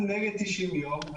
אנחנו נגד 90 יום.